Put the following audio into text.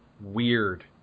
weird